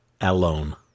alone